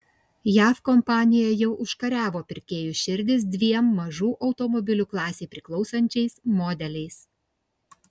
jav kompanija jau užkariavo pirkėjų širdis dviem mažų automobilių klasei priklausančiais modeliais